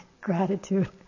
gratitude